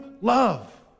love